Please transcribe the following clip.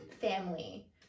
family